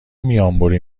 میانبری